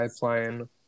pipeline